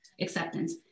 acceptance